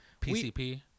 PCP